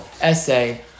essay